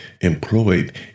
employed